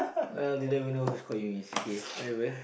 well didn't even know who's Qayyum is okay whatever